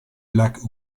lac